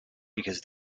because